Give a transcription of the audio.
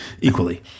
equally